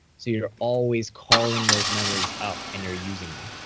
so you're always calling those memories up, and you're using them.